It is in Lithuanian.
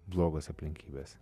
blogos aplinkybės